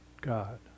God